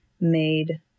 made